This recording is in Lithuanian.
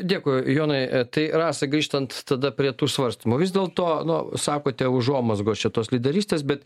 dėkui jonai tai rasa grįžtant tada prie tų svarstymų vis dėlto nu sakote užuomazgos čia tos lyderystės bet